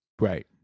right